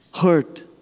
hurt